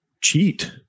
cheat